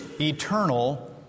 eternal